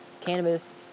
cannabis